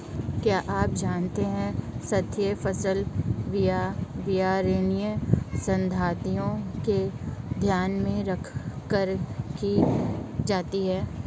क्या आप जानते है स्थायी फसल पर्यावरणीय सिद्धान्तों को ध्यान में रखकर की जाती है?